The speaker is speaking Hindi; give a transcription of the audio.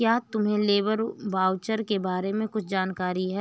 क्या तुम्हें लेबर वाउचर के बारे में कुछ जानकारी है?